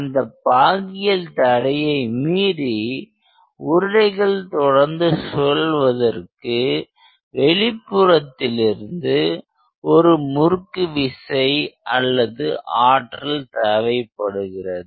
அந்த பாகியல் தடையை மீறி உருளைகள் தொடர்ந்து சுழல்வதற்கு வெளிப்புறத்திலிருந்து ஒரு முறுக்குவிசை அல்லது ஆற்றல் தேவைப்படுகிறது